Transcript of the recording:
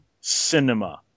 Cinema